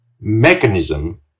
mechanism